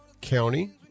County